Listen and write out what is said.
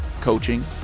coaching